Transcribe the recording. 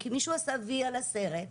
כי מישהו עשה וי על הסרט,